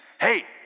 hey